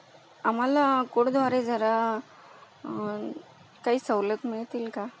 आम्हाला कोडद्वारे जरा काही सवलत मिळतील का